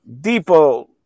depot